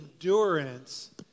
endurance